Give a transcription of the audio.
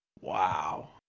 Wow